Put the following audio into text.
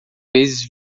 vezes